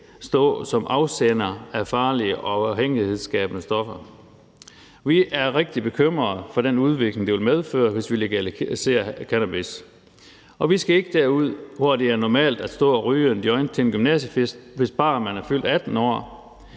stå som afsender af farlige og afhængighedsskabende stoffer. Vi er rigtig bekymrede for den udvikling, det vil medføre, hvis vi legaliserer cannabis. Og vi skal ikke derud, hvor det er normalt at stå og ryge en joint til en gymnasiefest, hvis bare man er fyldt 18 år.